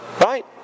Right